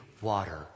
water